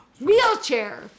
wheelchair